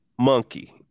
monkey